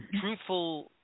truthful